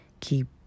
keep